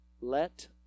let